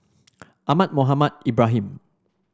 Ahmad Mohamed Ibrahim